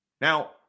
Now